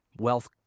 wealth